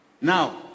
Now